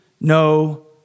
no